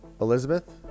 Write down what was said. Elizabeth